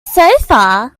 sofa